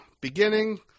beginning